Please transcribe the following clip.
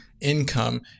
income